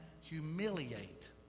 humiliate